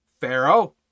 Pharaoh